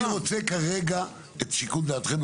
אני רוצה כרגע את שיקול דעתכם.